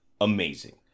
amazing